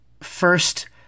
first